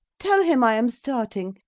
tell him i am starting.